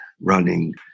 running